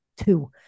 two